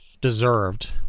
deserved